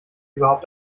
überhaupt